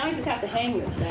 um just have to hang